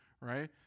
right